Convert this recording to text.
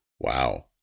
Wow